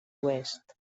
oest